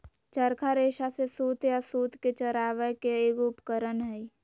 चरखा रेशा से सूत या सूत के चरावय के एगो उपकरण हइ